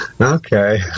Okay